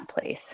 place